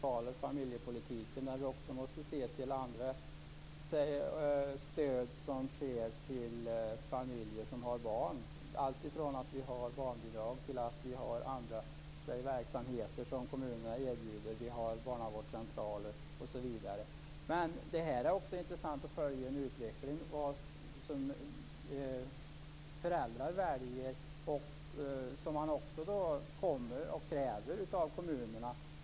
Fru talman! Jag tycker inte att man lösryckt kan plocka ut förskoleverksamheten ur familjepolitiken, när vi även måste se till annat stöd som sker till familjer med barn, alltifrån barnbidrag till andra verksamheter som kommunerna erbjuder, t.ex. barnavårdscentraler. Det är intressant att följa utvecklingen av vad föräldrar väljer och kräver av kommunerna.